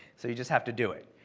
so you just have to do it,